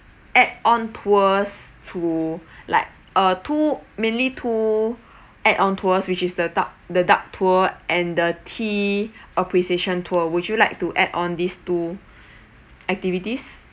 add on tours to like uh two mainly two add on tours which is the duck the duck tour and the tea appreciation tour would you like to add on these two activities